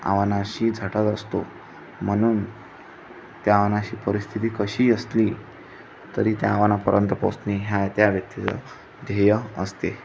आव्हानाशी झटत असतो म्हणून त्या आव्हानाची परिस्थिती कशी असली तरी त्या आव्हानापर्यंत पोहचणे ह्या त्या व्यक्तीचं ध्येय असते